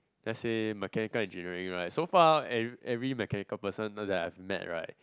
let's say mechanical engineering right so far every every mechanical person you know that I've met right